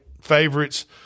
favorites